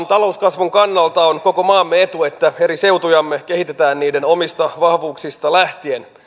talouskasvun kannalta on koko maamme etu että eri seutujamme kehitetään niiden omista vahvuuksista lähtien